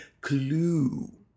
clue